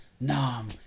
Nam